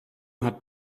hat